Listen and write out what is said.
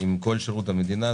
עם כל שירות המדינה.